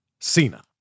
Cena